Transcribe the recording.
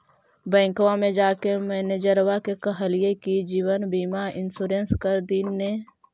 बैंकवा मे जाके मैनेजरवा के कहलिऐ कि जिवनबिमा इंश्योरेंस कर दिन ने?